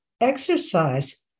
exercise